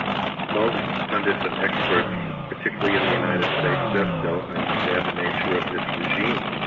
most pundits and experts, particularly in the united states, just don't understand the nature of this regime.